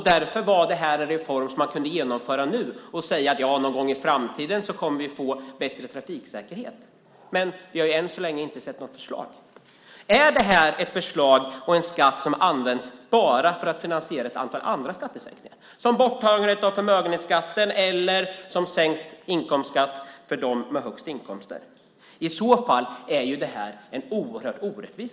Därför var det här en reform som man kunde genomföra nu och säga att någon gång i framtiden kommer vi att få bättre trafiksäkerhet. Men vi har än så länge inte sett något förslag. Är det här ett förslag och en skatt som används bara för att finansiera ett antal andra skattesänkningar som borttagandet av förmögenhetsskatten eller sänkt inkomstskatt för dem med högst inkomster? I så fall är det en oerhört orättvis skatt.